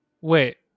wait